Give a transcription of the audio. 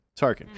Tarkin